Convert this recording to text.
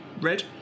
red